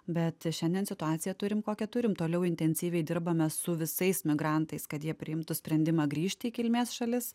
bet šiandien situaciją turim kokią turim toliau intensyviai dirbame su visais migrantais kad jie priimtų sprendimą grįžti į kilmės šalis